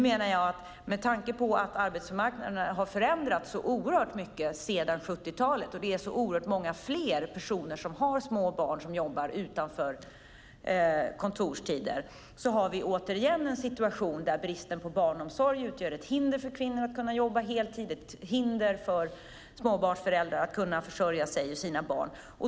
Med tanke på att arbetsmarknaden har förändrats så mycket sedan 70-talet och att många fler småbarnsföräldrar jobbar utanför kontorstider har vi åter en situation där bristen på barnomsorg utgör ett hinder för kvinnor att jobba heltid och ett hinder för småbarnsföräldrar att kunna försörja sig och sina barn.